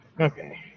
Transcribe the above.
Okay